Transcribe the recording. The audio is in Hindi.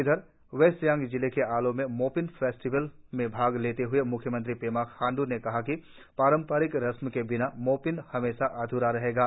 इधर वेस्ट सियांग के आलो में मोपिन सेलेब्रेशन में भाग लेते हए म्ख्यमंत्री पेमा खांडू ने कहा कि पारंपरिक रस्म के बिना मोपिन हमेशा अध्रे रहेंगे